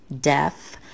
deaf